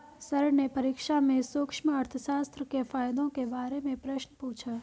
sir ने परीक्षा में सूक्ष्म अर्थशास्त्र के फायदों के बारे में प्रश्न पूछा